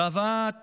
בהבאת